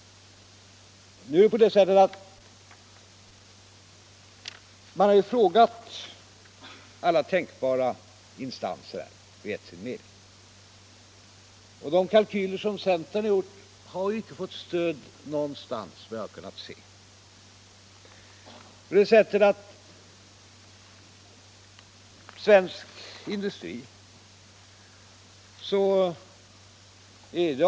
Nu är det på det sättet att man frågade alla tänkbara instanser om deras mening, och de kalkyler centern gjort har inte fått stöd någonstans, vad jag kunnat se.